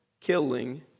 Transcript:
killing